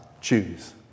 choose